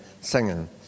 singing